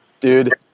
dude